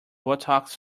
botox